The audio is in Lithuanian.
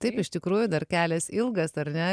taip iš tikrųjų dar kelias ilgas ar ne